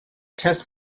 test